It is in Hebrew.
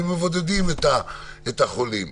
אם מבודדים את החולים,